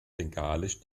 bengalisch